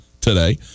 today